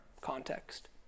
context